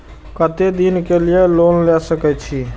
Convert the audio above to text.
केते दिन के लिए लोन ले सके छिए?